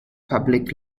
public